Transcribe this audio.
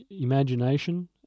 imagination